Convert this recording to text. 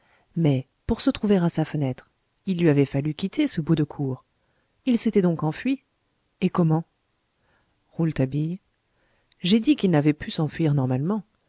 mais pour se trouver à sa fenêtre il lui avait fallu quitter ce bout de cour il s'était donc enfui et comment rouletabille j'ai dit qu'il n'avait pu s'enfuir normalement